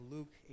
Luke